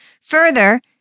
Further